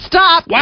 Stop